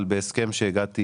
אבל בהסכם אליו הגעתי